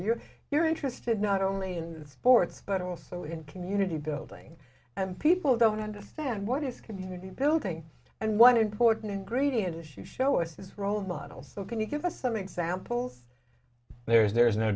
you're you're interested not only in sports but also in community building and people don't understand what is community building and what important ingredient issues show it's role model so can you give us some examples there is there is no